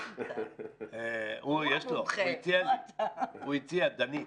הוא הציע, דנית.